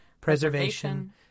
preservation